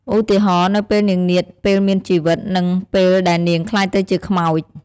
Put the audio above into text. ឧទាហរណ៍ នៅពេលនាងនាថពេលមានជីវិត និងពេលដែលនាងក្លាយទៅជាខ្មោច ។